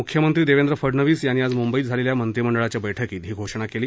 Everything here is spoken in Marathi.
मुख्यमंत्री देवेंद्र फडणवीस यांनी आज मुंबईत झालेल्या मंत्रिमंडळाच्या बैठकीत ही घोषणा केली